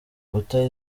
uta